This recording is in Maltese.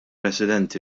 residenti